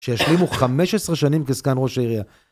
שישלימו חמש עשרה שנים כסגן ראש העירייה